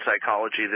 psychology